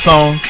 Song